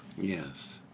Yes